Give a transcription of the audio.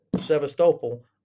Sevastopol